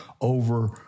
over